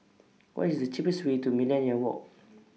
What IS The cheapest Way to Millenia Walk